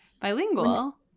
bilingual